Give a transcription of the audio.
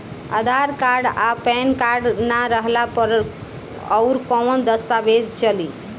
आधार card आ PAN card ना रहला पर अउरकवन दस्तावेज चली?